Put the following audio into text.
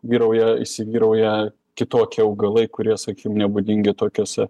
vyrauja įsivyrauja kitokie augalai kurie sakykim nebūdingi tokiose